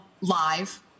live